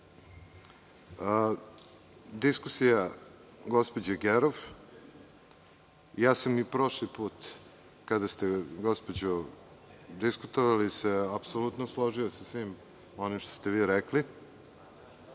diskusija gospođe Gerov, ja sam i prošli put kada ste gospođo diskutovali, apsolutno se složio sa svim onim što ste vi rekli,